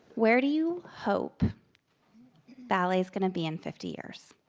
where do you hope ballet is going to be in fifty years?